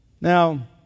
Now